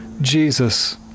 Jesus